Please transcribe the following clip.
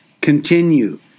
Continue